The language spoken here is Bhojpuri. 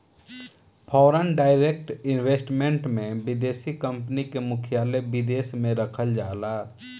फॉरेन डायरेक्ट इन्वेस्टमेंट में विदेशी कंपनी के मुख्यालय विदेश में रखल जाला